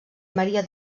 maria